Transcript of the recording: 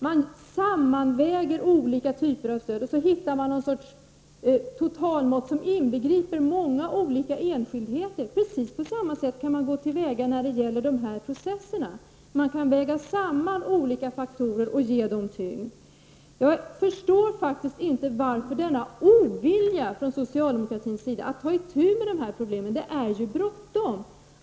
Man sammanväger olika typer av stöd, och sedan hittar man något slags totalmått som inbegriper många olika enskildheter. Precis på samma sätt kan man gå till väga när det gäller de här processerna. Man kan väga samman olika faktorer och ge dem tyngd. Jag förstår faktiskt inte denna ovilja från socialdemokratins sida att ta itu med dessa problem. Det är ju bråttom.